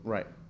Right